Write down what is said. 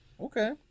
Okay